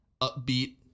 upbeat